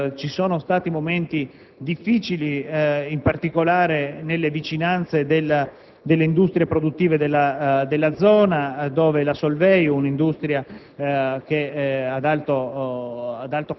si sono avuti momenti difficili, in particolare nelle vicinanze delle industrie produttive della zona, dove la Solvay, un'azienda ad alto contenuto